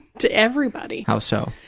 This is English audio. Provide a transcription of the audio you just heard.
to everybody. how so?